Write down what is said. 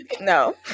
no